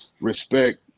respect